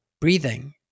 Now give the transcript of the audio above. breathing